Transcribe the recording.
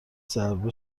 ضربه